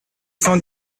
cent